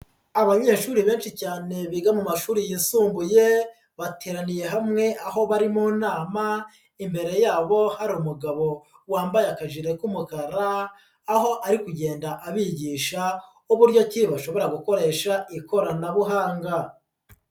Abanyeshuri benshi cyane biga mu mashuri yisumbuye, bateraniye hamwe aho bari mu nama, imbere yabo hari umugabo wambaye akajire k'umukara, aho ari kugenda abigisha uburyo ki bashobora gukoresha ikoranabuhanga.